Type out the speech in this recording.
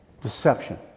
deception